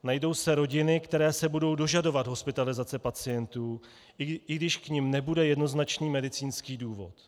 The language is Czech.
Najdou se rodiny, které se budou dožadovat hospitalizace pacientů, i když k nim nebude jednoznačný medicínský důvod.